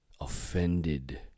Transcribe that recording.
offended